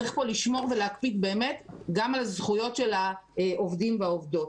צריך פה לשמור ולהקפיד באמת גם על זכויות של העובדים והעובדות.